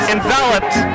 enveloped